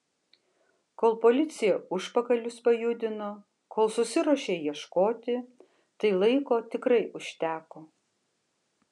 kol policija užpakalius pajudino kol susiruošė ieškoti tai laiko tikrai užteko